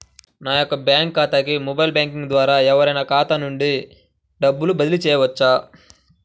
నా యొక్క బ్యాంక్ ఖాతాకి మొబైల్ బ్యాంకింగ్ ద్వారా ఎవరైనా ఖాతా నుండి డబ్బు బదిలీ చేయవచ్చా?